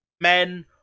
men